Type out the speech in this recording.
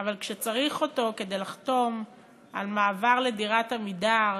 אבל כשצריך אותו כדי לחתום על מעבר לדירת "עמידר"